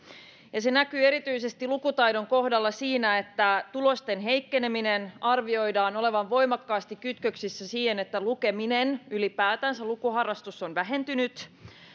kasvavat ja se näkyy erityisesti lukutaidon kohdalla siinä että tulosten heikkeneminen arvioidaan olevan voimakkaasti kytköksissä siihen että lukeminen ylipäätänsä lukuharrastus on vähentynyt